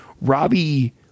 Robbie